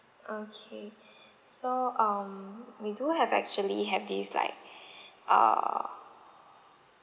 okay so um we do have actually have this like uh